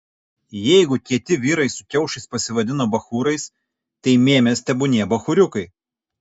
jeigu kieti vyrai su kiaušais pasivadino bachūrais tai mėmės tebūnie bachūriukai